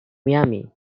miami